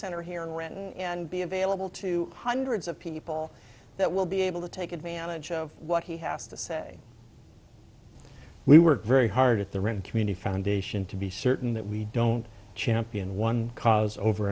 center here in renton and be available to hundreds of people that will be able to take advantage of what he has to say we were very hard at the rent community foundation to be certain that we don't champion one cause over